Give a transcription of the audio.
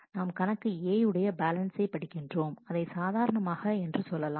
நாம் கணக்கு A உடைய பேலன்சை படிக்கின்றோம் அதை சாதாரணமாக என்று சொல்லலாம்